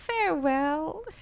farewell